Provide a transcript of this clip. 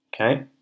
okay